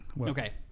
Okay